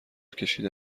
کشیده